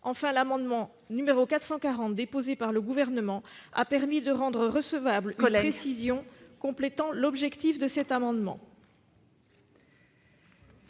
Enfin, l'amendement n° 440 rectifié déposé par le Gouvernement a permis de rendre recevable une précision complétant l'objectif de l'amendement.